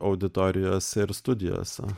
auditorijose ir studijose